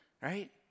right